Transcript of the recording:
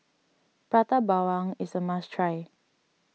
Prata Bawang is a must try